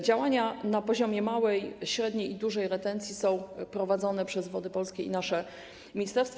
Działania na poziomie małej, średniej i dużej retencji są prowadzone przez Wody Polskie i nasze ministerstwo.